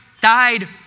died